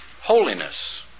holiness